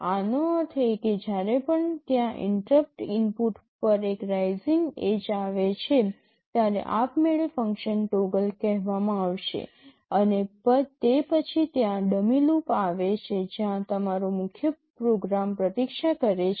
આનો અર્થ એ કે જ્યારે પણ ત્યાં ઇન્ટરપ્ટ ઇનપુટ પર એક રાઈઝિંગ એડ્જ આવે છે ત્યારે આપમેળે ફંક્શન ટોગલ કહેવામાં આવશે અને તે પછી ત્યાં ડમી લૂપ આવે છે જ્યાં તમારો મુખ્ય પ્રોગ્રામ પ્રતીક્ષા કરે છે